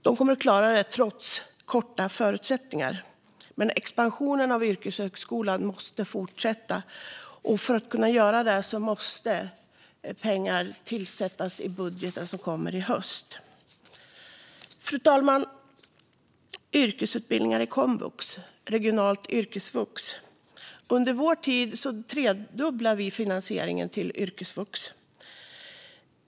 Man kommer att klara av det trots korta förutsättningar. Men expansionen av yrkeshögskolan måste fortsätta, och för att den ska kunna göra det måste pengar tillsättas i den budget som kommer i höst. Fru talman! Under vår tid tredubblade vi finansieringen till yrkesvux.